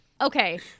Okay